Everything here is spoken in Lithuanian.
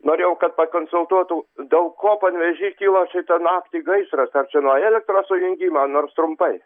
norėjau kad pakonsultuotų dėl ko panevėžy kilo šitą naktį gaisras ar čia nuo elektros sujungimo ar nors trumpai